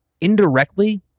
indirectly